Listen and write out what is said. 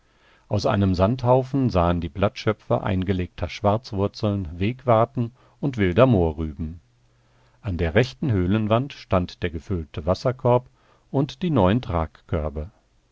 aus einem sandhaufen sahen die blattschöpfe eingelegter schwarzwurzeln wegwarten und wilder mohrrüben an der rechten höhlenwand standen der gefüllte wasserkorb und die neuen